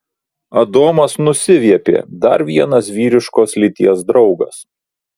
adomas nusiviepė dar vienas vyriškos lyties draugas